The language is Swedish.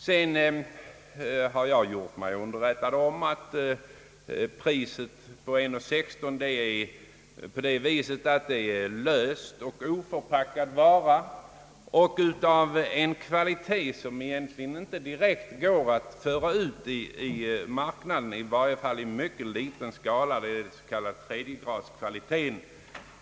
Sedan har jag gjort mig underrättad om att priset 1:16 gäller lös och oförpackad vara och dessutom en kvalitet, som knappast eller endast i mycket liten skala kan föras ut i marknaden; det gäller ett gult socker av s.k. tredjegradskvalitet.